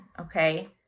okay